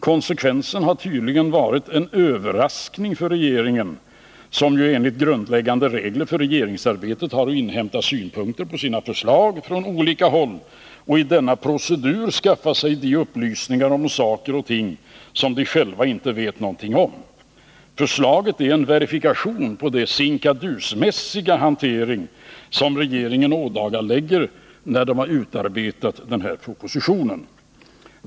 Konsekvensen har tydligen blivit en överraskning för regeringen, som enligt grundläggande regler för regeringsarbetet från olika håll har att inhämta synpunkter på sina förslag och genom denna procedur skaffa de upplysningar om saker och ting som regeringen inte själv vet någonting om. Förslaget är en verifikation på den sinkadusmässiga hantering som regeringen har ådagalagt vid utarbetandet av den här propositionen.